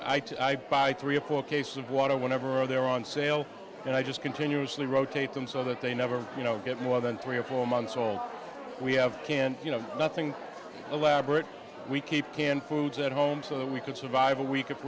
i buy three or four case of water whenever they're on sale and i just continuously rotate them so that they never you know get more than three or four months old we have canned you know nothing elaborate we keep canned foods at home so we could survive a week if